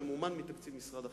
שמומן מתקציב משרד החינוך.